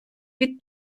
від